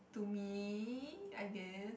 to me I guess